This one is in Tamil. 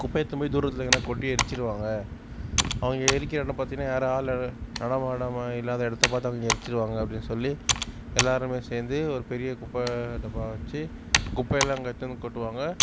குப்பைய எடுத்துனு போய் தூரத்தில் எங்கேனா கொட்டி எரித்திருவாங்க அவங்க எரிக்கிற எடம் பார்த்திங்கனா யாரும் ஆள் நட நடமாடாமல் இல்லாத இடத்த பார்த்து அவங்க எரித்திருவாங்க அப்படின்னு சொல்லி எல்லாருமே சேர்ந்து ஒரு பெரிய குப்பை டப்பா வச்சு குப்பையெல்லாம் அங்கே எடுத்துனு வந்து கொட்டுவாங்க